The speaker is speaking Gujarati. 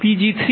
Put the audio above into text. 6007RsMWhr